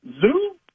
Zoo